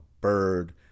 Bird